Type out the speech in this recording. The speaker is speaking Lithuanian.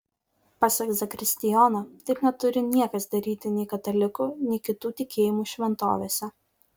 pasak zakristijono taip neturi niekas daryti nei katalikų nei kitų tikėjimų šventovėse